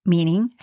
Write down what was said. Meaning